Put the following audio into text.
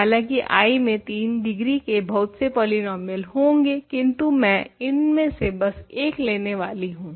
हालाँकि I में 3 degree के बहुत से पॉलीनोमियल्स होंगे किन्तु मैं इनमें से बस एक लेने वाली हूँ